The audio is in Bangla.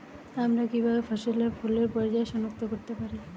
আমরা কিভাবে ফসলে ফুলের পর্যায় সনাক্ত করতে পারি?